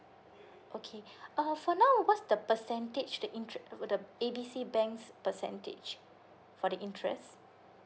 okay uh for now what's the percentage the interest uh the A B C bank's percentage for the interest